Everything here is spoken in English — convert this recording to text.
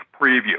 preview